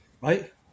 right